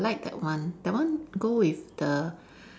I like that one that one go with the